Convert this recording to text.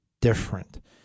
different